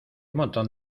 montón